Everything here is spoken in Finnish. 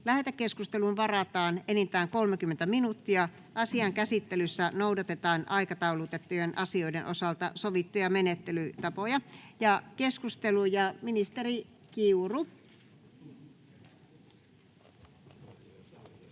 Lähetekeskusteluun varataan enintään 30 minuuttia. Asian käsittelyssä noudatetaan aikataulutettujen asioiden osalta sovittuja menettelytapoja. — Ministeri Kiuru. [Speech